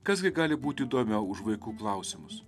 kas gi gali būti įdomiau už vaikų klausimus